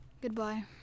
Goodbye